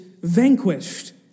vanquished